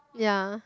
ya